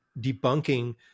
debunking